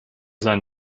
sein